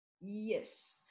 yes